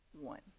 one